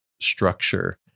structure